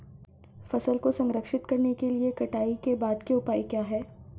फसल को संरक्षित करने के लिए कटाई के बाद के उपाय क्या हैं?